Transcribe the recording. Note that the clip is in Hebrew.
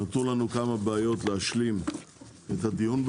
נותרו לנו כמה בעיות להשלים בהן את הדיון,